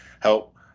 help